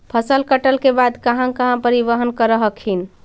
फसल कटल के बाद कहा कहा परिबहन कर हखिन?